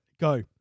Go